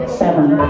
seven